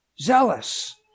zealous